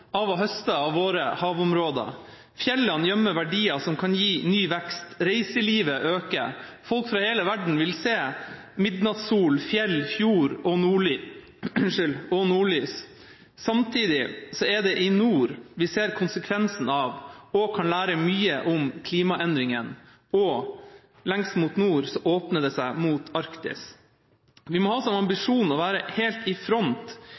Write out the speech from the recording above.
av å høste av våre havområder. Fjellene gjemmer verdier som kan gi ny vekst. Reiselivet øker, folk fra hele verden vil se midnattssol, fjell, fjord og nordlys. Samtidig er det i nord vi ser konsekvensen av, og kan lære mye om, klimaendringene. Og lengst mot nord åpner det seg mot Arktis. Vi må ha som ambisjon å være helt i front